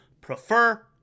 prefer